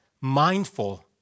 Mindful